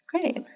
Great